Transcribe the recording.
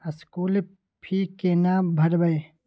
School fee केना भरबै?